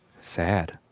sad.